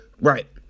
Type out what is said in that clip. right